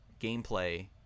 gameplay